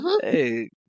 Hey